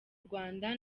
rwanda